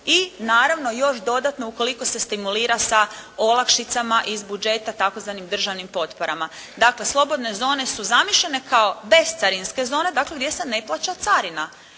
i naravno još dodatno ukoliko se stimulira sa olakšicama iz budžeta tzv. državnim potporama. Dakle, slobodne zone su zamišljene kao bescarinske zone dakle gdje se ne plaća carina.